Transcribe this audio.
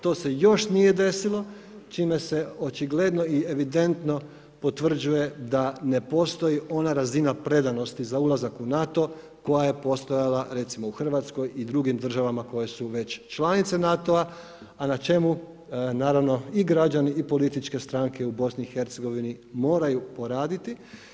To se još nije desilo, čime se očigledno i evidentno potvrđuje da ne postoji ona razina predanosti za ulazak u NATO, koja je postojala recimo u Hrvatskoj i drugim državama koje su već članice NATO-a, a na čemu naravno i građani i političke stranke u BIH moraju poraditi.